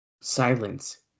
Silence